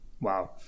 Wow